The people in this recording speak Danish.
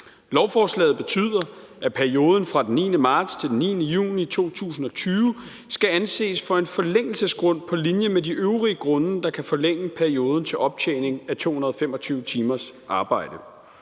Lovforslaget betyder, at perioden fra den 9. marts til den 9. juni 2020 skal anses for en forlængelsesgrund på linje med de øvrige grunde, der kan forlænge perioden til optjening af 225 timers arbejde.